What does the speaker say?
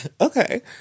Okay